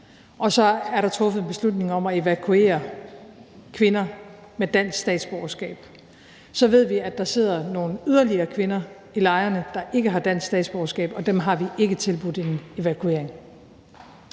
og så er der truffet en beslutning om at evakuere kvinder med dansk statsborgerskab. Så ved vi, at der sidder yderligere nogle kvinder i lejrene, der ikke har dansk statsborgerskab, og dem har vi ikke tilbudt en evakuering.